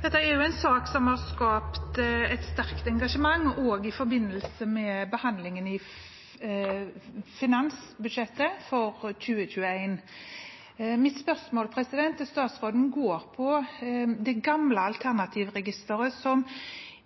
Dette er en sak som har skapt et sterkt engasjement, også i forbindelse med behandlingen av finansbudsjettet for 2021. Mitt spørsmål til statsråden går på det gamle alternativregisteret, som